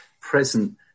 present